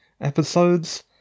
episodes